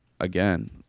again